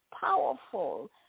powerful